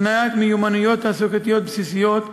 הקניית מיומנויות תעסוקתיות בסיסיות,